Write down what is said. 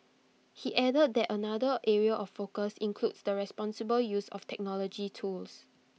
he added that another area of focus includes the responsible use of technology tools